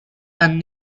and